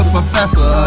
Professor